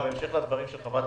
בהמשך לדברים של מיכל שיר,